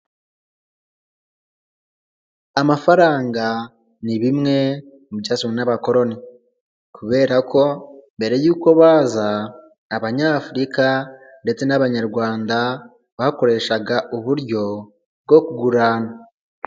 Amafaranga ni bimwe mu byazanwe n'abakoloni kubera ko mbere y'uko baza, abanyafurika ndetse n'abanyarwanda bakoreshaga uburyo bwo kugurana.